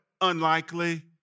unlikely